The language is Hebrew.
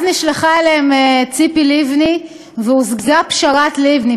אז נשלחה אליהם ציפי לבני והושגה "פשרת לבני".